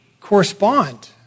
correspond